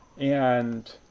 and